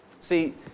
See